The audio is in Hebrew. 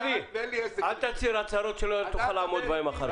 אסף, אל תצהיר הצהרות שלא תוכל לעמוד בהן אחר כך.